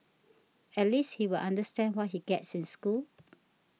at least he'll understand when he gets in school